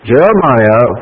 Jeremiah